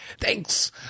Thanks